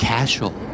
Casual